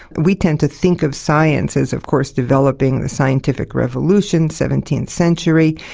we tend to think of science, as of course, developing the scientific revolution, seventeenth century,